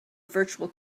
virtual